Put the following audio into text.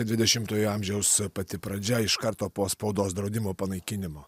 dvidešimtojo amžiaus pati pradžia iš karto po spaudos draudimo panaikinimo